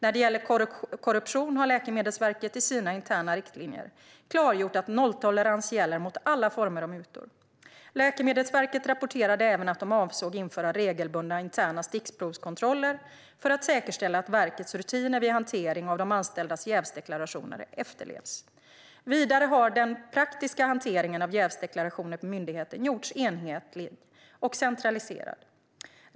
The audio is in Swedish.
När det gäller korruption har Läkemedelsverket i sina interna riktlinjer klargjort att nolltolerans gäller mot alla former av mutor. Läkemedelsverket rapporterade även att de avsåg att införa regelbundna interna stickprovskontroller för att säkerställa att verkets rutiner för hantering av de anställdas jävsdeklarationer efterlevs. Vidare har den praktiska hanteringen av jävsdeklarationer på myndigheten gjorts enhetlig och centraliserad.